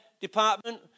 department